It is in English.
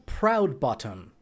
Proudbottom